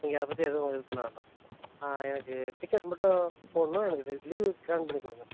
நீங்கள் அதை பற்றி எதுவும் இது பண்ண வேண்டாம் எனக்கு டிக்கெட் மட்டும் போடணும் எனக்கு இது லீவு பண்ணிக் கொடுங்க